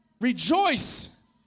Rejoice